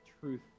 truth